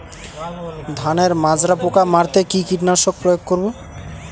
ধানের মাজরা পোকা মারতে কি কীটনাশক প্রয়োগ করব?